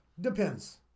Depends